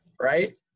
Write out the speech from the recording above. right